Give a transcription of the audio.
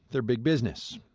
they're big business.